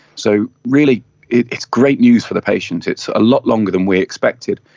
so really it's great news for the patient, it's a lot longer than we expected.